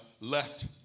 left